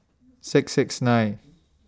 six six nine